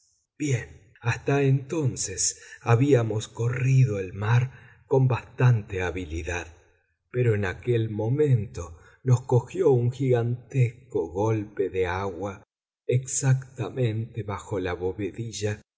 bien hasta entonces habíamos corrido el mar con bastante habilidad pero en aquel momento nos cogió un gigantesco golpe de agua exactamente bajo la